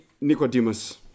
Nicodemus